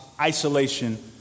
isolation